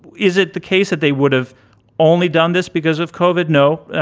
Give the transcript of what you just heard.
is it the case that they would have only done this because we've covered? no, i